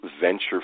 venture